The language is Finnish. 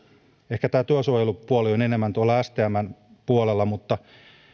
ehkä tämä työsuojelupuoli on enemmän tuolla stmn puolella mutta